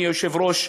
אדוני היושב-ראש,